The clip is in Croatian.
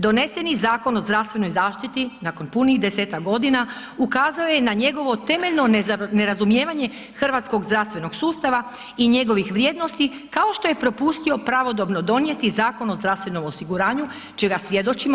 Doneseni Zakon o zdravstvenoj zaštiti nakon punih desetak godina ukazao je na njegovo temeljno nerazumijevanje hrvatskog zdravstvenog sustava i njegovih vrijednosti kao što je propustio pravodobno donijeti Zakon o zdravstvenom osiguranju čega svjedočimo.